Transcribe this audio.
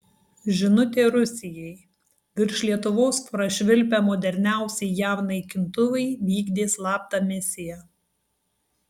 žinutė rusijai virš lietuvos prašvilpę moderniausi jav naikintuvai vykdė slaptą misiją